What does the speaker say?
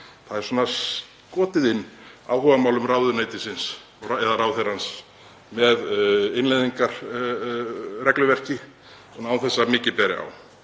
Það er skotið inn áhugamálum ráðuneytisins eða ráðherrans með innleiðingarregluverki án þess að mikið beri á.